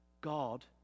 God